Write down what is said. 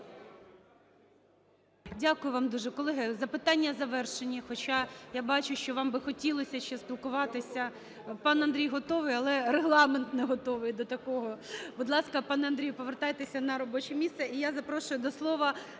Дякую вам дуже. Колеги, запитання завершені, хоча я бачу, що вам би хотілося ще спілкуватися. Пан Андрій готовий, але Регламент не готовий до такого. Будь ласка, пане Андрію, повертайтеся на робоче місце. І я запрошую до слова